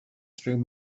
through